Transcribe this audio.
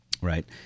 Right